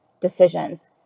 decisions